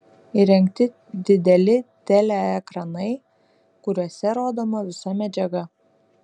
įrengti dideli teleekranai kuriuose rodoma visa medžiaga